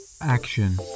action